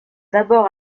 d’abord